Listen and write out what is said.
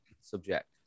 subject